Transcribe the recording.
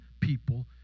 people